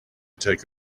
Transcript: take